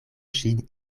ŝin